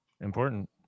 important